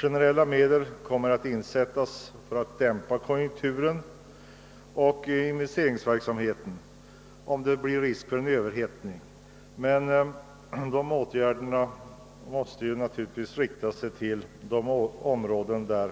Generella medel kommer att insättas för att dämpa konjunkturen och investeringsverksamheten, om det ser ut att bli risk för en överhettning, men de åtgärderna måste naturligtvis begränsas till just de områden där